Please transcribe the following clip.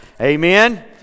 Amen